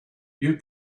you